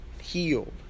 healed